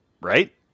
Right